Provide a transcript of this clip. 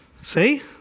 see